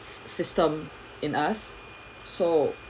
sy~ system in us so